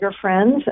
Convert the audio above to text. friends